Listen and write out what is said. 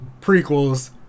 Prequels